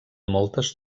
moltes